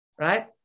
right